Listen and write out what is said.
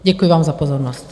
Děkuji vám za pozornost.